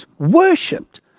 Worshipped